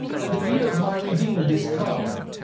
and the year of my redeemed is come.